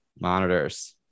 Monitors